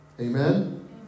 amen